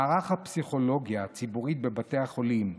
מערך הפסיכולוגיה הציבורית בבתי החולים,